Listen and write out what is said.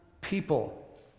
people